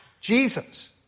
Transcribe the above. Jesus